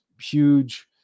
huge